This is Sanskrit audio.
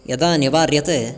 यदा निवार्यते